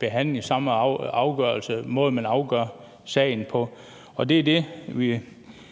behandling og den samme måde, man afgør sagen på. Det er det,